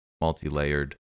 multi-layered